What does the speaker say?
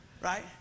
right